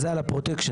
הלשכה המשפטית